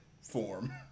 form